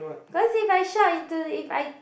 cause if I shout into if I